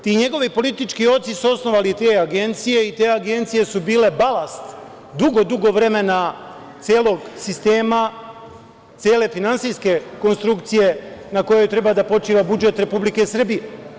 Ti njegovi politički oci su osnovali te agencije i te agencije su bile balast dugo, dugo vremena celog sistema, cele finansijske konstrukcije na kojoj treba da počiva budžet Republike Srbije.